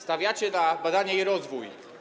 Stawiacie na badania i rozwój.